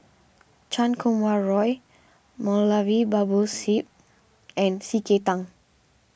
Chan Kum Wah Roy Moulavi Babu Sahib and C K Tang